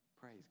Praise